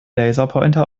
laserpointer